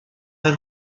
del